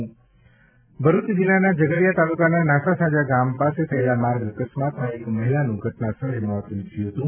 ભરૂચ અકસ્માત ભરૂચ જિલ્લાના ઝઘડીયા તાલુકાના નાનાસાંજા ગામ પાસે થયેલા માર્ગ અકસ્માતમાં એક મહિલાનું ઘટનાસ્થળે મોત નિપજ્યું હતું